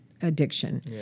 addiction